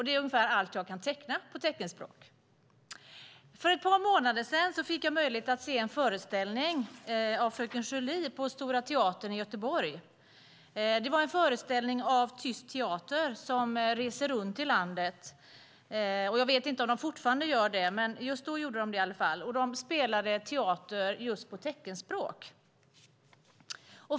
Det är ungefär allt jag kan teckna på teckenspråk. För ett par månader sedan fick jag möjlighet att se föreställningen Fröken Julie på Stora teatern i Göteborg. Det var en föreställning av Tyst Teater, som reser runt i landet - jag vet inte om de fortfarande gör det. De spelar teater på teckenspråk.